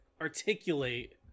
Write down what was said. articulate